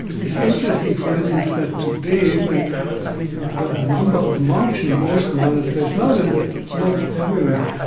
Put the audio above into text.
it's interesting, for instance, that today, when the number of monks in most monasteries not ah not everywhere.